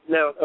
Now